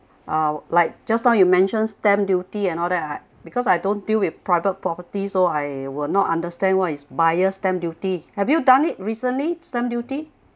uh like just now you mention stamp duty and all that ah because I don't deal with private property so I will not understand what is buyer's stamp duty have you done it recently stamp duty